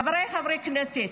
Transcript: חבריי חברי הכנסת,